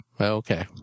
Okay